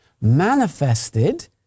manifested